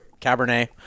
Cabernet